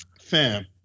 Fam